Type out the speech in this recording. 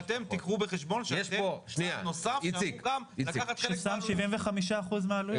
שאתם תיקחו בחשבון שאתם צד נוסף --- ששם 75% מהעלויות.